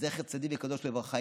זכר צדיק וקדוש לברכה,